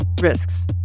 risks